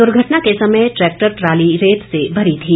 दुर्घटना के समय ट्रैक्टर ट्राली रेत से भरी थी